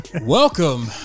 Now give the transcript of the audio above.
Welcome